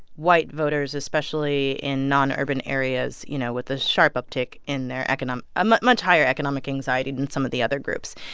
white voters, especially in nonurban areas, you know, with a sharp uptick in their ah much much higher economic anxiety than some of the other groups.